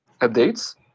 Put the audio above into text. updates